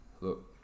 Look